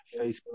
Facebook